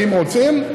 ואם רוצים,